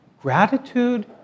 gratitude